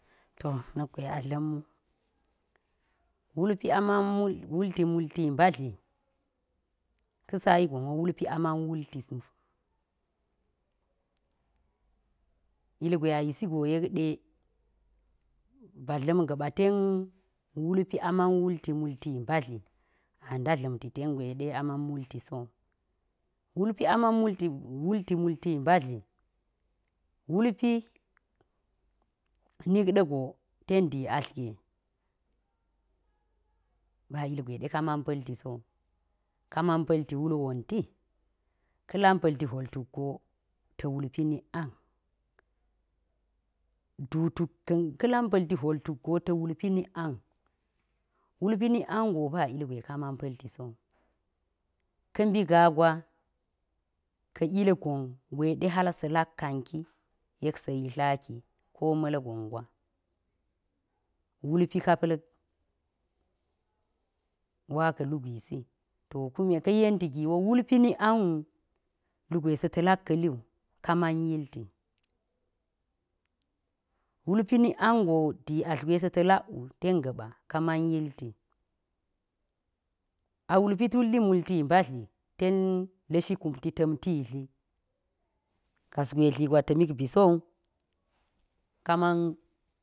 To na̱k gwe a dla̱m wu wulpi aman wulti multi mbatli ka̱ sayi gonwo wulpi a man wultiso. Ilgwe ayisi grykde ba dla̱m gaba ten wulpi aman multi multi mbatli, anda dla̱ mti ten gwe de aman wultiso. Kwulpi multi walti multi mbali wulpi na̱k ɗe̱go ten diatli ge ba ilgwe de ka man pa̱lti sowu ka man pa̱lti wul wanti ka lampa̱l ti hwol tuk go ta̱ walpi nik an. Duu dukik kar kalam pa̱lti hwd tukgo ta wulpi nik an wulpi nik ango ba ilgwe ka ma palti sowu ka̱ mbi ga gwa ka ulgon gwe de hal sa̱ lak kan yek sa̱ yitlaki, ko malgon gwa wulpi ka pa̱l wa ka̱lu gwisi. To kume ka̱ yenti giwo kume wulpi nik anuu lugwe sa̱ ta̱ lak ka̱ li kaman yilti. Wulpi nik ango diatl gwe sa̱ talak wu ten ga̱ba ka ma̱n yilti. Awulp tulli multi mbatli ter lashi kumti ta̱mta dli gaswe dligwa ta̱mik bi sowu kaman.